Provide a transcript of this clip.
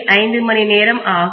5 மணிநேரம் ஆகும்